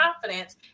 confidence